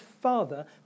Father